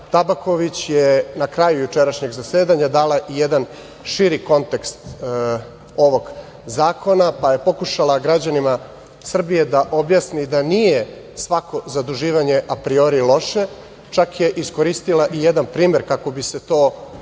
Tabaković je na kraju jučerašnjeg zasedanja dala i jedan širi kontekst ovog zakona, pa je pokušala građanima Srbije da objasni da nije svako zaduživanje apriori loše, čak je iskoristila i jedan primer kako bi se to približilo